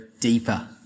deeper